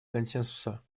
консенсуса